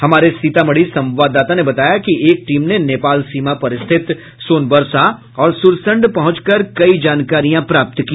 हमारे सीतामढ़ी संवाददाता ने बताया कि एक टीम ने नेपाल सीमा पर स्थित सोनबरसा और सुरसंड पहुंचकर कई जानकारियां प्राप्त की